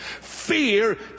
Fear